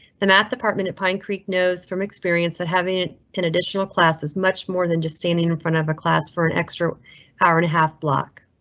the math department at pine creek knows from experience that having an additional class is much more than just standing in front of a class for an extra hour and a half block.